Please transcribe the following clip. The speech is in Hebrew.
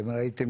ראיתם